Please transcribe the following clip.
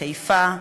בחיפה,